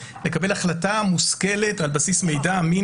זה היכולת של כל אזרח ואזרחית לקבל החלטה מושכלת על בסיס מידע אמין